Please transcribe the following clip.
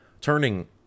turning